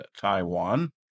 Taiwan